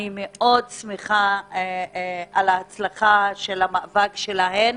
אני מאד שמחה על הצלחת המאבק שלהן.